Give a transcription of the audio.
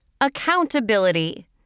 Accountability